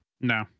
No